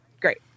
Great